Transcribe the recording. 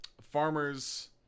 farmers